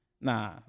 Nah